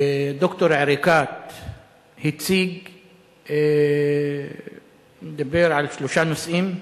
ד"ר עריקאת הציג, דיבר על שלושה נושאים: